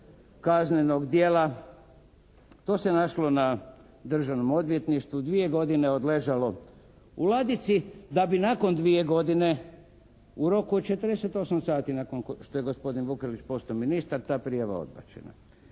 kaznenog djela. To se našlo na Državnom odvjetništvu, dvije godine odležalo u ladici da bi nakon dvije godine u roku od 48 sati nakon što je gospodin Vukelić postao ministar ta prijava odbačena.